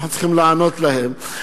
ואנחנו צריכים לענות להם.